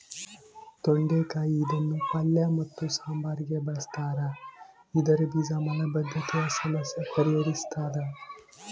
ತೊಂಡೆಕಾಯಿ ಇದನ್ನು ಪಲ್ಯ ಮತ್ತು ಸಾಂಬಾರಿಗೆ ಬಳುಸ್ತಾರ ಇದರ ಬೀಜ ಮಲಬದ್ಧತೆಯ ಸಮಸ್ಯೆ ಪರಿಹರಿಸ್ತಾದ